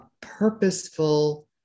purposeful